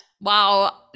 Wow